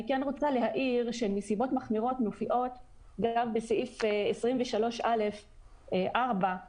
אני רוצה להעיר שנסיבות מחמירות מופיעות בסעיף 23א לחוק,